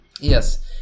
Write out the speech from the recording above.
Yes